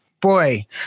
Boy